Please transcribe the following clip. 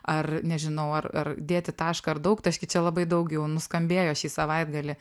ar nežinau ar ar dėti tašką ar daugtaškį čia labai daug jau nuskambėjo šį savaitgalį